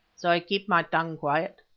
so i keep my tongue quiet.